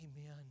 Amen